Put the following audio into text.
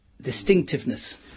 distinctiveness